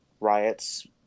Riots